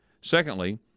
Secondly